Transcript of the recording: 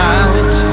out